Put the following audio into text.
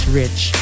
rich